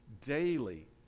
daily